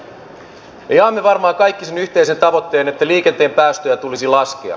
me jaamme varmaan kaikki sen yhteisen tavoitteen että liikenteen päästöjä tulisi laskea